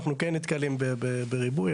אנחנו כן נתקלים בריבוי,